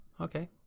Okay